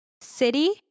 city